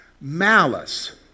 malice